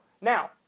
Now